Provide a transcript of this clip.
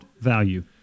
value